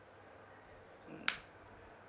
mm